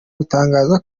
gutangaza